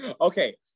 Okay